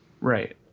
Right